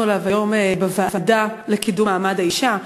עליו היום בוועדה לקידום מעמד האישה,